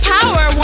Power